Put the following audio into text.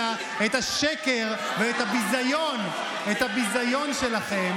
אף אחד כבר לא מאמין לשקר ולביזיון שלכם.